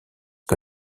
que